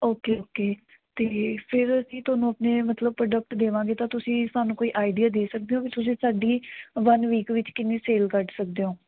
okay okay ਅਤੇ ਫਿਰ ਅਸੀਂ ਤੁਹਾਨੂੰ ਆਪਣੇ ਮਤਲਬ ਪ੍ਰੋਡਕਟ ਦੇਵਾਂਗੇ ਤਾਂ ਤੁਸੀਂ ਸਾਨੂੰ ਕੋਈ ਆਈਡੀਆ ਦੇ ਸਕਦੇ ਹੋ ਕਿ ਤੁਸੀਂ ਸਾਡੀ ਵਨ ਵੀਕ ਵਿੱਚ ਕਿੰਨੀ ਸੇਲ ਕੱਢ ਸਕਦੇ ਹੋ